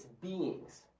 beings